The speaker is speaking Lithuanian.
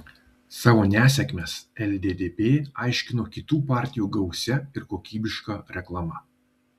savo nesėkmes lddp aiškino kitų partijų gausia ir kokybiška reklama